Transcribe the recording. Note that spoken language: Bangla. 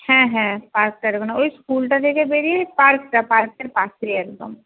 হ্যাঁ হ্যাঁ পার্কটার ওখানে ওই স্কুলটা থেকে বেরিয়েই পার্কটা পার্কের পাশেই একদম